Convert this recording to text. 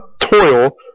toil